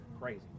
Crazy